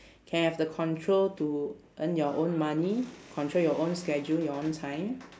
can have the control to earn your own money control your own schedule your own time